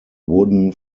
wooden